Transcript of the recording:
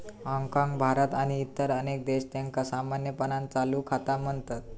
हाँगकाँग, भारत आणि इतर अनेक देश, त्यांका सामान्यपणान चालू खाता म्हणतत